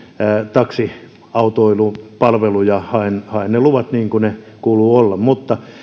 taksiautoilupalveluja ja haen ne luvat niin kuin ne kuuluu olla